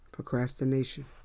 Procrastination